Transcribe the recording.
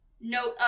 note